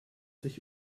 sich